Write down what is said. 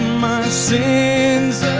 sins,